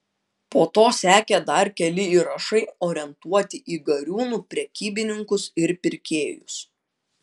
po to sekė dar keli įrašai orientuoti į gariūnų prekybininkus ir pirkėjus